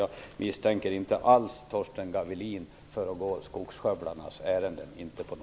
Jag misstänker inte alls Torsten Gavelin för att gå skogsskövlarnas ärenden.